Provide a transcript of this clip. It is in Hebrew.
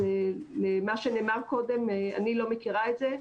מה שנאמר קודם, אני לא מכירה את זה.